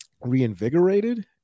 reinvigorated